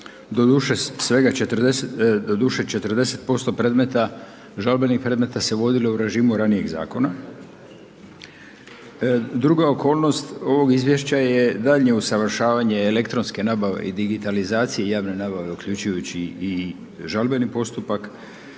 predmeta, žalbenih predmeta se vodilo u režimu ranijih zakona. Druga okolnost ovog izvješća je daljnje usavršavanje elektronske nabave i digitalizacije javne nabave uključujući i žalbeni postupak,